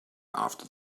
after